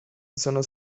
sono